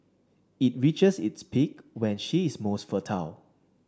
it reaches its peak when she is most fertile